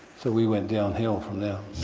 so we went downhill from there.